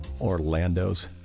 Orlando's